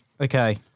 Okay